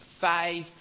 five